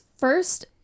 First